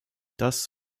das